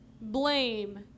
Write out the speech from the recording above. Blame